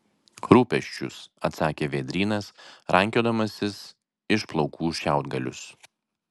rūpesčius atsakė vėdrynas rankiodamasis iš plaukų šiaudgalius